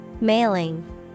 Mailing